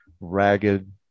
ragged